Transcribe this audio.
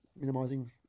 minimizing